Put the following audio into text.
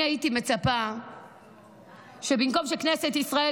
אני הייתי מצפה שבמקום שכנסת ישראל,